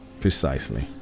Precisely